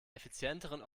effizienteren